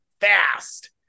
fast